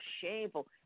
shameful